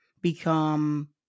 become